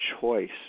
choice